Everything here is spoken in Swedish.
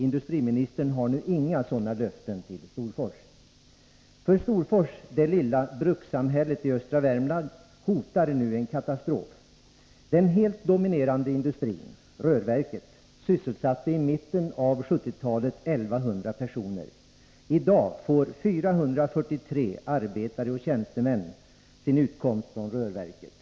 Industriministern har nu inga sådana löften att ge Storfors. För Storfors, det lilla brukssamhället i östra Värmland, hotar nu en katastrof. Den helt dominerande industrin, rörverket, sysselsatte i mitten av 1970-talet 1100 personer. I dag får 443 arbetare och tjänstemän sin utkomst från rörverket.